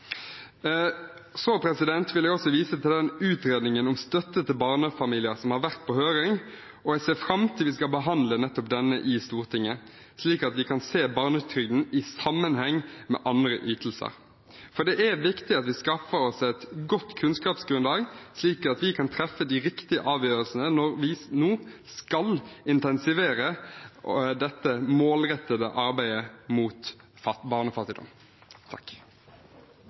vil også vise til utredningen om støtte til barnefamilier, som har vært på høring. Jeg ser fram til at vi skal behandle nettopp dette i Stortinget, slik at vi kan se barnetrygden i sammenheng med andre ytelser. Det er viktig at vi skaffer oss et godt kunnskapsgrunnlag, slik at vi kan treffe de riktige avgjørelsene når vi nå skal intensivere det målrettede arbeidet mot barnefattigdom.